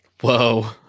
Whoa